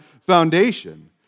foundation